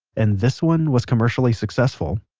and this one was commercially successful.